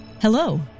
Hello